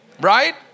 right